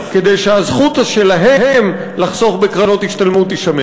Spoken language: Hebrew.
כדי שהזכות שלהם לחסוך בקרנות השתלמות תישמר.